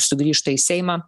sugrįžta į seimą